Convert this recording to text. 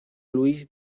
luis